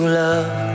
love